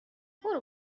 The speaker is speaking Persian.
برو